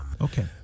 Okay